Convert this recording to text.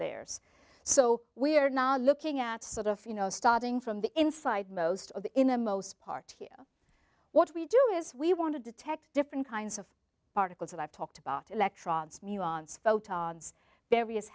layers so we are now looking at sort of you know starting from the inside most of the in the most part what we do is we want to detect different kinds of particles and i've talked about electrons milan's photons various